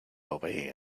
away